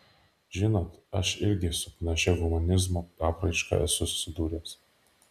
žinot aš irgi su panašia humanizmo apraiška esu susidūręs